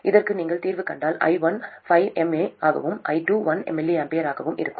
இதற்கு நீங்கள் தீர்வு கண்டால் i1 5 mA ஆகவும் i2 1 mA ஆகவும் இருக்கும்